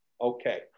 Okay